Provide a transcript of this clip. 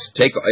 take